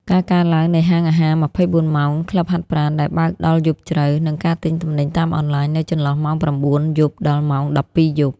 ការកើនឡើងនៃហាងអាហារ ២៤ ម៉ោង, ក្លឹបហាត់ប្រាណដែលបើកដល់យប់ជ្រៅ, និងការទិញទំនិញតាមអនឡាញនៅចន្លោះម៉ោង ៩ យប់ ដល់ម៉ោង ១២ យប់។